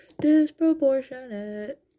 disproportionate